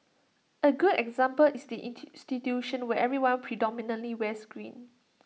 A good example is the institution where everyone predominantly wears green